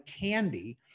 candy